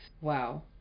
Wow